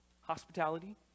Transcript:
hospitality